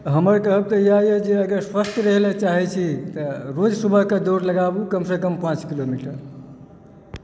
हमर कहब तऽ इएह अछि जे अगर स्वस्थ रहय लऽ चाहए छी तऽ रोज सुबहके दौड़ लगाबू कमसँ कम पाँच किलोमीटर